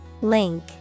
Link